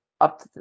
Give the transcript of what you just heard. up